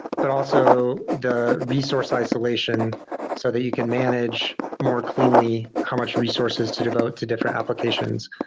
but also, the resource isolation so that you can manage more cleanly how much resources to devote to different applications,